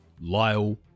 Lyle